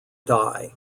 die